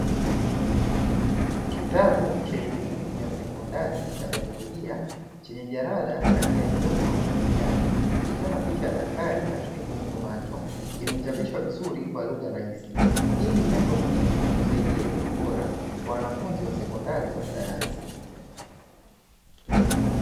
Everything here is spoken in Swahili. Kitabu cha elimu ya sekondari ya bayolojia chenye jalada la rangi ya njano na kijani, likiwa na picha ya daktari akitibu mtu macho, kimechapishwa vizuri kwa lugha rahisi, hii ni nyendo muhimu ya kusaidia elimu bora kwa wanafunzi wa sekondari wa sayansi.